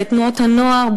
בתנועות הנוער.